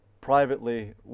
privately